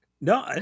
No